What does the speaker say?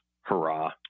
hurrah